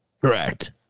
Correct